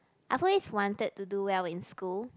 I've always wanted to do well in school